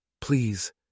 Please